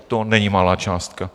To není malá částka.